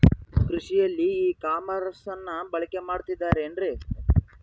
ಕೃಷಿಯಲ್ಲಿ ಇ ಕಾಮರ್ಸನ್ನ ಬಳಕೆ ಮಾಡುತ್ತಿದ್ದಾರೆ ಏನ್ರಿ?